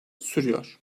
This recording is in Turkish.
sürüyor